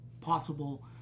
possible